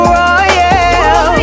royal